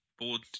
board